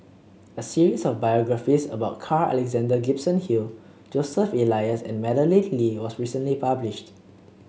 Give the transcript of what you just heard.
a series of biographies about Carl Alexander Gibson Hill Joseph Elias and Madeleine Lee was recently published